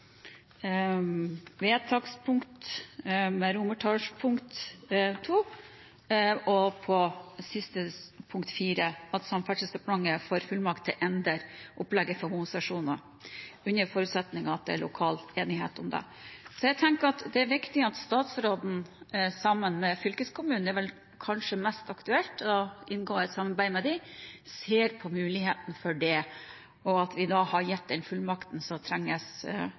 punkt 4, at Samferdselsdepartementet får fullmakt til å endre opplegget for bomstasjoner under forutsetning av at det er lokal enighet om det. Jeg tenker det er viktig at statsråden, sammen med fylkeskommunen – det er vel kanskje mest aktuelt å inngå et samarbeid med dem – ser på muligheten for det, og at vi da har gitt den fullmakten som